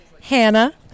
Hannah